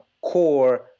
core